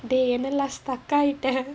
dey என்ன:enna lah stuck ஆயிட்ட:aayitta